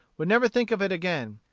would never think of it again.